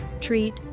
treat